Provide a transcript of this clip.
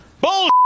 bull